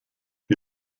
die